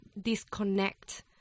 disconnect